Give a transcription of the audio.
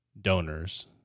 Donors